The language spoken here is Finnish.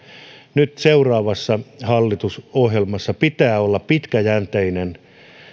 nyt seuraavassa hallitusohjelmassa pitää olla pitkäjänteinen